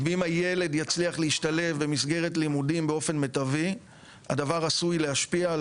אם הילד יצליח להשתלב במסגרת לימודים באופן מיטבי הדבר עשוי להשפיע על